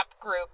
group